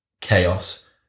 chaos